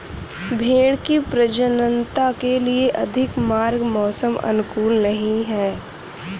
भेंड़ की प्रजननता के लिए अधिक गर्म मौसम अनुकूल नहीं है